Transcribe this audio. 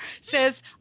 says